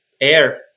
air